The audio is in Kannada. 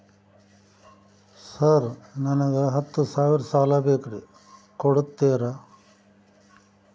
ಸರ್ ನನಗ ಹತ್ತು ಸಾವಿರ ಸಾಲ ಬೇಕ್ರಿ ಕೊಡುತ್ತೇರಾ?